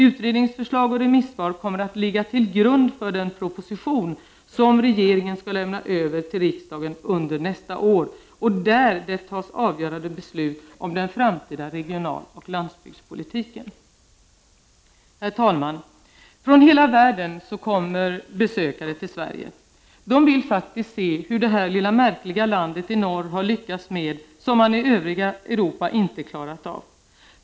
Utredningsförslaget och remissvaret kommer att ligga till grund för den proposition som regeringen ska lämna över till riksdagen under nästa år och där tas det avgörande beslutet om den framtida regionaloch landsbygdspolitiken.” Herr talman! Från hela världen kommer besökare till Sverige. De vill faktiskt se hur det här lilla märkliga landet i norr har lyckats med det som det övriga Europa inte har klarat av.